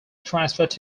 transferred